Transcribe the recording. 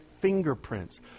fingerprints